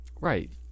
Right